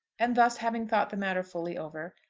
and thus having thought the matter fully over,